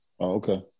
okay